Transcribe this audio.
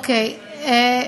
אוקיי.